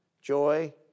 joy